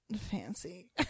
fancy